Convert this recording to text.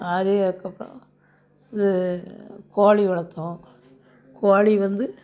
ஆடு அதுக்கு அப்புறம் இது கோழி வளர்த்தோம் கோழி வந்து